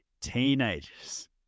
teenagers